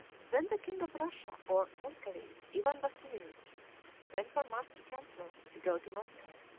then the king of russia or muscovie ivan vasiliwich sent for master chancellor to go to moscow.